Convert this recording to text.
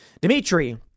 Dmitry